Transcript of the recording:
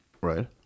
Right